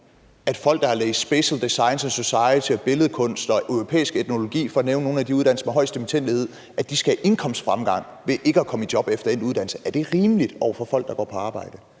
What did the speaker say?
at folk, der har læst spatial designs and society og billedkunst og europæisk etnologi – for at nævne nogle af de uddannelser med højeste dimittendledighed – skal have indkomstfremgang ved ikke at komme i job efter endt uddannelse. Er det rimeligt over for folk, der går på arbejde?